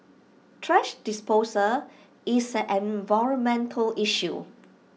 thrash disposal is an environmental issue